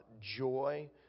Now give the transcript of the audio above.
joy